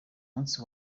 munsi